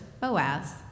Boaz